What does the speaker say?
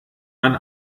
man